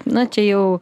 na čia jau